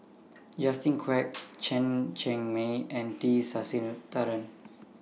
Justin Quek Chen Cheng Mei and T Sasitharan